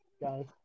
guys